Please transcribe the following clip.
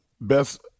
best